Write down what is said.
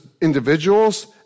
individuals